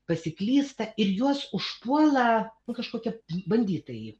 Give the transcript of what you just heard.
pasiklysta ir juos užpuola nu kažkokie banditai